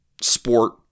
sport